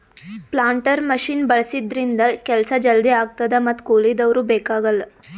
planter machine ಬಳಸಿದ್ರಿಂದ ಕೆಲ್ಸ ಜಲ್ದಿ ಆಗ್ತದ ಮತ್ತ್ ಕೂಲಿದವ್ರು ಬೇಕಾಗಲ್